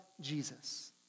Jesus